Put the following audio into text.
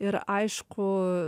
ir aišku